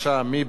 מי נגד?